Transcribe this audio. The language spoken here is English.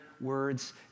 words